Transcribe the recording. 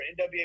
NWA